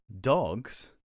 dogs